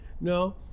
No